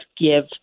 give